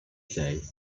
say